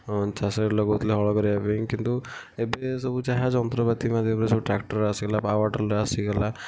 ହଁ ଚାଷରେ ଲଗାଉଥିଲେ ହଳ କରିବା ପାଇଁ କିନ୍ତୁ ଏବେ ସବୁ ଯାହା ଯନ୍ତ୍ରପାତି ମାଧ୍ୟମରେ ସବୁ ଟ୍ରାକ୍ଟର୍ ଆସିଗଲା ପାୱାର୍ ଟିଲର୍ ଆସିଗଲା